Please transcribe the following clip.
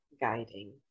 guiding